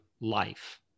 life